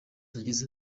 yagize